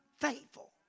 faithful